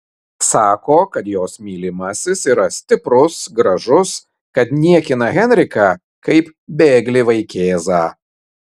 sako kad jos mylimasis yra stiprus gražus kad niekina henriką kaip bėglį vaikėzą